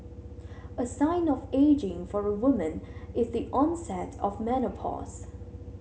a sign of ageing for a woman is the onset of menopause